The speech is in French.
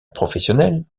professionnelle